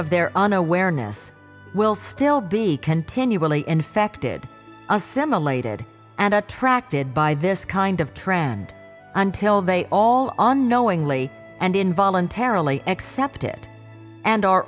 unawareness will still be continually infected assimilated and attracted by this kind of trend until they all on knowingly and in voluntarily accept it and are